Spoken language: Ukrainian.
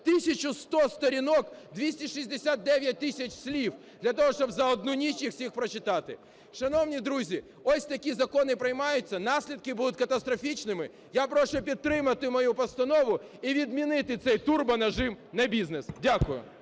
1100 сторінок, 269 тисяч слів для того, щоб за одну ніч їх всі прочитати! Шановні друзі, ось такі закони приймаються! Наслідки будуть катастрофічними. Я прошу підтримати мою постанову і відмінити цей турбонажим на бізнес. Дякую.